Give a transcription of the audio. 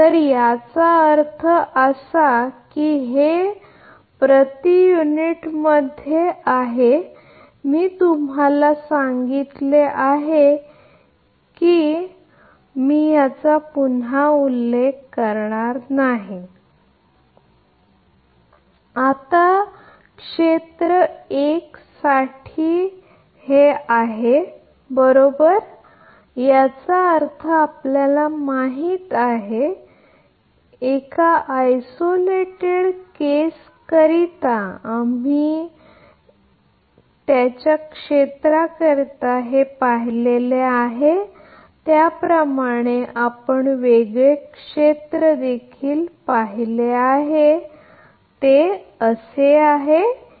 तर याचा अर्थ असा की हे प्रति युनिट मध्ये आहे मी तुम्हाला सांगितले की मी पुन्हा पुन्हा उल्लेख करणार नाही आता ते क्षेत्र 1 साठीच आहे म्हणूनच ते त्यात आहे बरोबर याचा अर्थ असा की जेथे आपल्याला माहित आहे की आयसोलेटेड केस करिता आम्ही क्षेत्रासाठी पाहिले आहे त्याचप्रमाणे आपण वेगळे क्षेत्र देखील पाहिले आहे ते क्षेत्र 1 म्हणूनच आहे